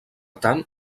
tant